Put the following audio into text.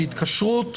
שהתקשרות